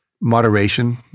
moderation